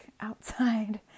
outside